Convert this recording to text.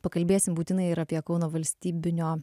pakalbėsim būtinai ir apie kauno valstybinio